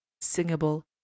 singable